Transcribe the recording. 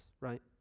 right